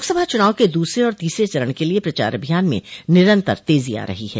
लोकसभा चुनाव के दूसरे चरण और तीसरे चरण के लिए प्रचार अभियान में निरन्तर तेज़ी आ रही है